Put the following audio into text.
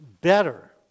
Better